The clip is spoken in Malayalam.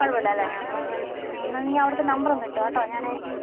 കുഴപ്പമില്ലാല്ലേ എന്നാൽ ഞാൻ എന്നാൽ നീ അവിടുത്തെ നമ്പറൊന്ന് ഇട്ട് കേട്ടോ ഞാൻ